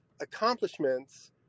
accomplishments